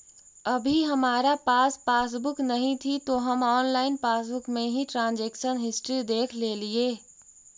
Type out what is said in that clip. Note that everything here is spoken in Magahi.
अभी हमारा पास पासबुक नहीं थी तो हम ऑनलाइन पासबुक में ही ट्रांजेक्शन हिस्ट्री देखलेलिये